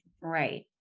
Right